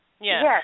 Yes